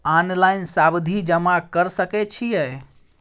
Online सावधि जमा कर सके छिये?